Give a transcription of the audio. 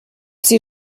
sie